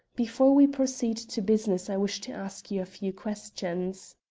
before we proceed to business i wish to ask you a few questions.